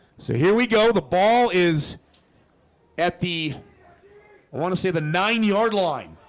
so here we go. the ball is at the i want to say the nine yard line